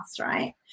right